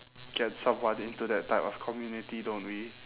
get someone into that type of community don't we